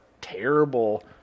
terrible